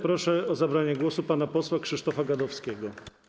Proszę o zabranie głosu pana posła Krzysztofa Gadowskiego.